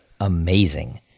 amazing